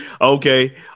okay